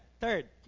third